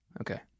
Okay